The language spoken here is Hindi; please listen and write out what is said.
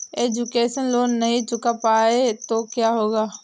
एजुकेशन लोंन नहीं चुका पाए तो क्या होगा?